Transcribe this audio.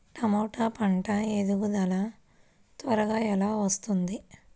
టమాట పంట ఎదుగుదల త్వరగా ఎలా వస్తుంది?